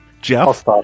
Jeff